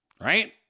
right